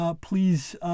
please